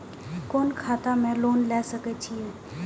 कोन खाता में लोन ले सके छिये?